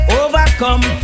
overcome